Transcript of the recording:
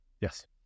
Yes